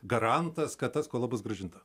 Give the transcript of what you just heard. garantas kad ta skola bus grąžinta